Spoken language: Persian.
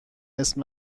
اسم